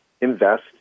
invest